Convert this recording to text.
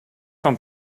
van